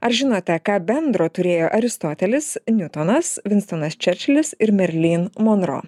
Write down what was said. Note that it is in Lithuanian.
ar žinote ką bendro turėjo aristotelis niutonas vinstonas čerčilis ir merlyn monro